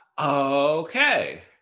Okay